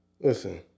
Listen